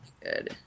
good